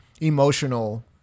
emotional